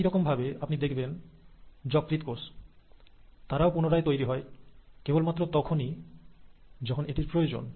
একই রকম ভাবে আপনি দেখবেন যকৃত কোষ তারাও পুনরায় তৈরি হয় কেবল মাত্র তখনই যখন এটির প্রয়োজন